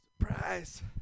Surprise